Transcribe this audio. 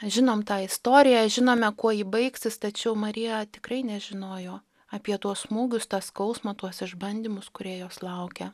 žinom tą istoriją žinome kuo ji baigsis tačiau marija tikrai nežinojo apie tuos smūgius tą skausmą tuos išbandymus kurie jos laukia